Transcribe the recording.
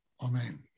Amen